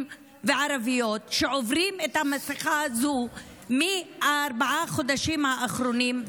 וערביות שעוברים את המסכת הזו בארבעת החודשים האחרונים,